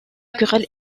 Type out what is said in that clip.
querelle